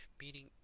meaning